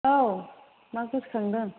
औ मा गोसोखांदों